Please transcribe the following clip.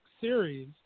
series